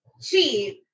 cheap